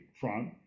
front